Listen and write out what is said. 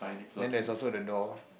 then there is also the door